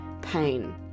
pain